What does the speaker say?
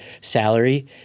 salary